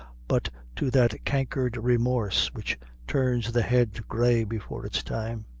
but to that cankered remorse which turns the head grey before its time.